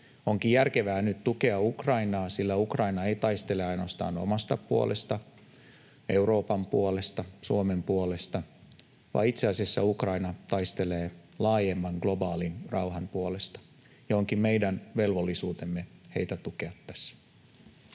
Onkin järkevää nyt tukea Ukrainaa, sillä Ukraina ei taistele ainoastaan omasta puolestaan, Euroopan puolesta, Suomen puolesta, vaan itse asiassa Ukraina taistelee laajemman globaalin rauhan puolesta, ja onkin meidän velvollisuutemme heitä tukea tässä.